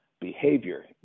behavior